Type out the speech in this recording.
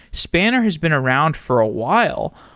spanner has been around for a while.